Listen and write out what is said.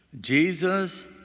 Jesus